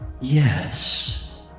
Yes